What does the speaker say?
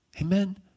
Amen